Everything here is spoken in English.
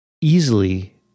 easily